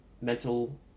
mental